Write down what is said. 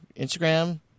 Instagram